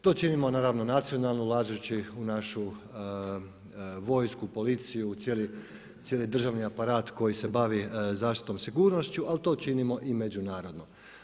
To čini naravno nacionalno ulažeći u našu vojsku, policiju, cijeli državni aparat koji se bavi zaštitom, sigurnošću ali to činimo i međunarodno.